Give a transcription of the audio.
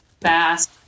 fast